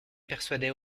persuadait